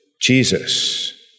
Jesus